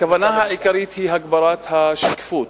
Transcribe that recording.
הכוונה העיקרית היא הגברת השקיפות.